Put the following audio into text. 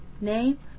name